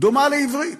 דומה לעברית,